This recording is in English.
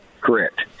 Correct